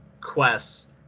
quests